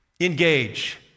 engage